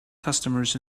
customers